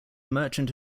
merchant